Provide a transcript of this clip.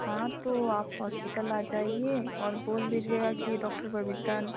हाँ तो आप हॉस्पिटल आ जाइए और बोल दीजिएगा कि डॉक्टर बबिता